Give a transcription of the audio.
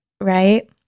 right